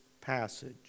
passage